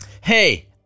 Hey